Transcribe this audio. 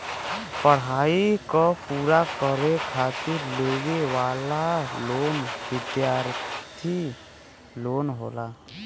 पढ़ाई क पूरा करे खातिर लेवे वाला लोन विद्यार्थी लोन होला